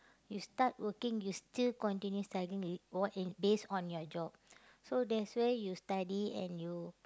you start working you still continue studying E~ what is based on your job so that's where you study and you